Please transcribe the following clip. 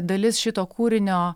dalis šito kūrinio